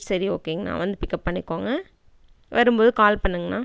சரி ஓகேங்கண்ணா வந்து பிக்கப்பண்ணிக்கோங்க வரும் போது கால் பண்ணுங்கள் அண்ணா